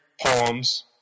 poems